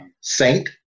Saint